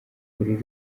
uru